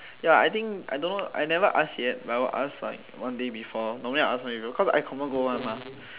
ya I think I don't know I never ask yet but I'll ask like one day before normally I will ask cause I confirm go one mah